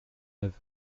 neuve